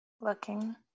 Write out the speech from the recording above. Looking